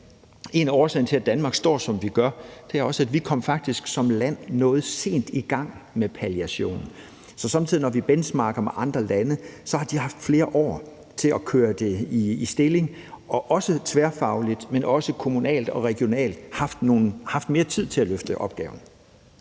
en af årsagerne til, at Danmark står der, hvor vi gør, er, at vi som land faktisk kom noget sent i gang med palliation. Så når vi somme tider benchmarker med andre lande, kan vi se, at de har haft flere år til at køre det i stilling og ikke kun tværfagligt, men også kommunalt og regionalt, haft mere tid til at løfte opgaven.